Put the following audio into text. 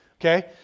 okay